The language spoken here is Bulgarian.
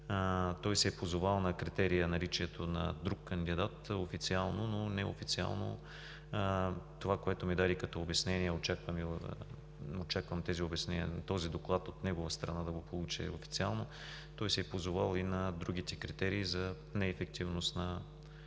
Той се е позовал на критерия наличието на друг кандидат – официално. Неофициално това, което ми даде като обяснение, очаквам да получа този доклад от негова страна и официално, той се е позовал и на другите критерии за неефективност на работата